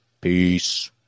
Peace